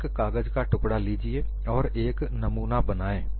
एक कागज का टुकड़ा लीजिए और एक नमूना बनाएं